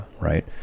right